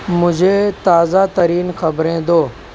مجھے تازہ ترین خبریں دو